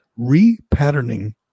Repatterning